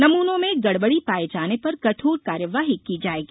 नमूनों में गड़बड़ी पाये जाने पर कठोर कार्यवाही की जायेगी